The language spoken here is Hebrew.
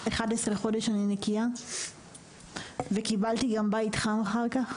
11 חודש אני נקייה, וקיבלתי גם בית חם אחר כך.